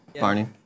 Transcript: Barney